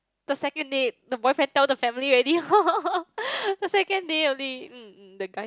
the second date the boyfriend tell the family already the second day only mm the guys